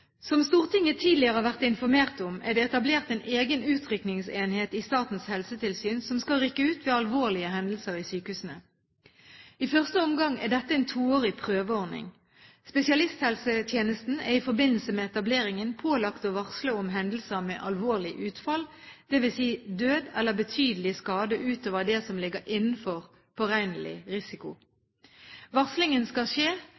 Som Stortinget tidligere har vært informert om, er det etablert en egen utrykningsenhet i Statens helsetilsyn som skal rykke ut ved alvorlige hendelser i sykehusene. I første omgang er dette en toårig prøveordning. Spesialisthelsetjenesten er i forbindelse med etableringen pålagt å varsle om hendelser med alvorlig utfall, dvs. død eller betydelig skade utover det som ligger innenfor beregnelig risiko. Varslingen skal skje